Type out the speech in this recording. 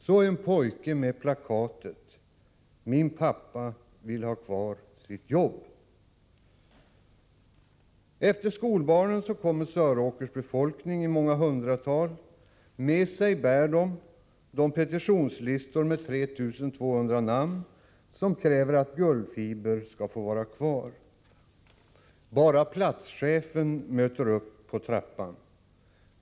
Så en pojke med plakatet: Min pappa vill ha kvar sitt jobb! Efter skolbarnen kom Söråkers befolkning i många hundratal. Med sig bar de petitionslistorna med 3 200 namn, som krävde att Gullfiber skall vara kvar. Bara platschefen mötte upp på trappan.